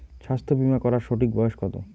স্বাস্থ্য বীমা করার সঠিক বয়স কত?